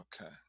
Okay